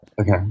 Okay